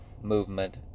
movement